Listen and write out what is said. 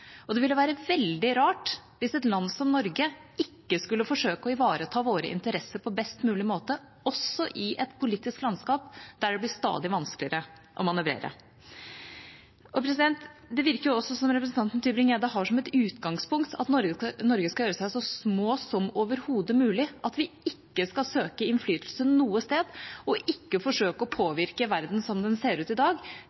og det ville være veldig rart hvis et land som Norge ikke skulle forsøke å ivareta våre interesser på best mulig måte også i et politisk landskap der det blir stadig vanskeligere å manøvrere. Det virker også som om representanten Tybring-Gjedde har som et utgangspunkt at Norge skal gjøre seg så små som overhodet mulig, at vi ikke skal søke innflytelse noe sted og ikke forsøke å